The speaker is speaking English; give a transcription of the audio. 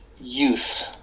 youth